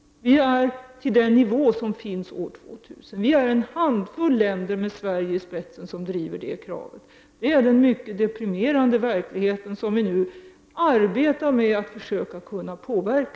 Vi har samma nivå som är uppsatt till år 2000. Det är en handfull länder med Sverige i spetsen som driver detta krav. Detta är den mycket deprimerande verklighet som vi nu arbetar med att försöka påverka.